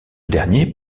dernier